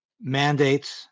mandates